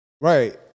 right